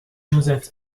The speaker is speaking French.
joseph